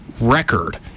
record